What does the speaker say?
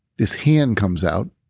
this hand comes out